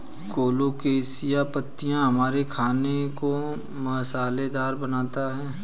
colocasia पत्तियां हमारे खाने को मसालेदार बनाता है